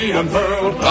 unfurled